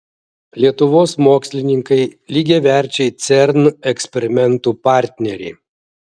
lietuvos mokslininkai lygiaverčiai cern eksperimentų partneriai